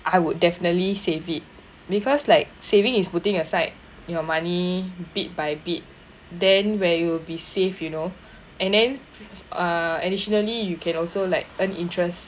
I would definitely save it because like saving is putting aside your money bit by bit then where you will be safe you know and then uh additionally you can also like earn interest